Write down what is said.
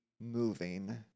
moving